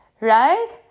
right